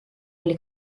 oli